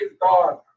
God